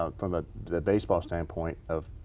ah from a baseball stand point of.